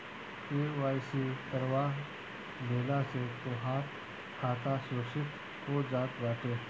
KYC करवा लेहला से तोहार खाता सुरक्षित हो जात बाटे